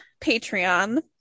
Patreon